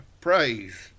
Praise